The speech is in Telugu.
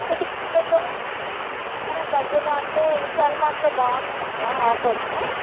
మనకు దగ్గరలో మనకి దగ్గరలో అంటే విశాల్ మార్ట్లో బాగున్నాయి అంట ఆఫర్సు